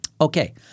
Okay